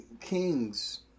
kings